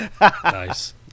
Nice